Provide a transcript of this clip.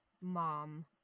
mom